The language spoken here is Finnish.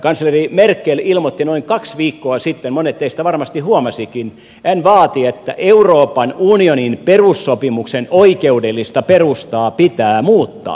kansleri merkel ilmoitti noin kaksi viikkoa sitten monet teistä varmasti huomasivatkin vaati että euroopan unionin perussopimuksen oikeudellista perustaa pitää muuttaa